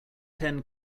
ten